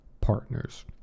partners